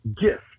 gift